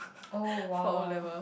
oh !wow!